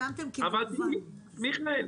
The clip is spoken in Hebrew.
מיכאל,